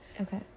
okay